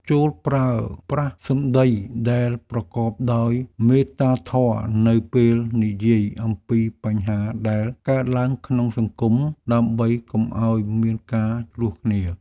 ចូរប្រើប្រាស់សម្តីដែលប្រកបដោយមេត្តាធម៌នៅពេលនិយាយអំពីបញ្ហាដែលកើតឡើងក្នុងសង្គមដើម្បីកុំឱ្យមានការឈ្លោះគ្នា។